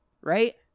right